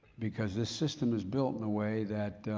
because this system is built in a way that,